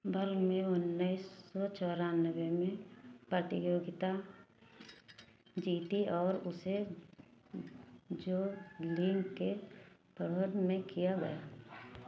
उन्नीस सौ चौरानबे में प्रतियोगिता जीती और उसे जो लीग के में किया गया